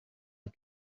you